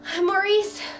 Maurice